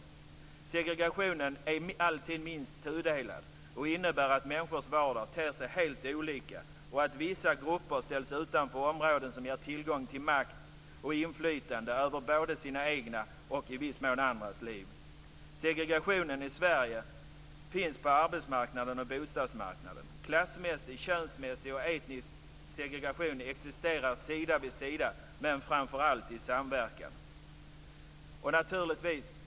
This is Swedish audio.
Segregationen är alltid minst tudelad. Den innebär att människors vardag ter sig helt olika och att vissa grupper ställs utanför områden som ger tillgång till makt och inflytande över både sina egna och i viss mån andras liv. Segregationen i Sverige finns på arbetsmarknaden och bostadsmarknaden. Klassmässig, könsmässig och etnisk segregation existerar sida vid sida, men framför allt i samverkan.